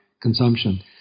consumption